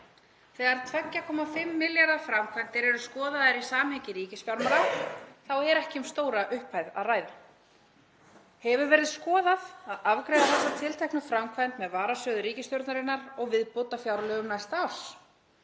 Þegar 2,5 milljarða framkvæmdir eru skoðaðar í samhengi ríkisfjármála er ekki um stóra upphæð að ræða. Hefur verið skoðað að afgreiða þessa tilteknu framkvæmd með varasjóði ríkisstjórnarinnar og viðbótarfjárlögum næsta árs?